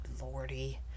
lordy